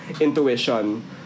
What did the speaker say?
intuition